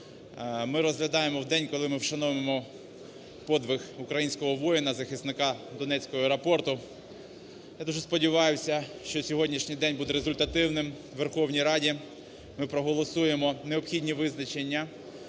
ми розглядаємо у день, коли ми вшановуємо подвиг українського воїна, захисника Донецького аеропорту. Я дуже сподіваюся, що сьогоднішній день буде результативним у Верховній Раді, ми проголосуємо необхідні визначення,